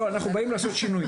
אנחנו באים לעשות שינוי.